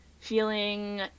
feeling